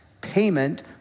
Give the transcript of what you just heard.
payment